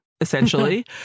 Essentially